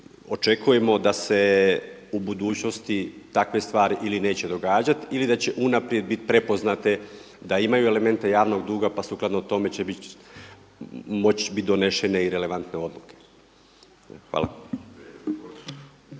očekujemo da se u budućnosti takve stvari ili neće događati ili da će unaprijed biti prepoznate da imaju elemente javnog duga pa sukladno tome moći će biti donešene i relevantne odluke. Hvala.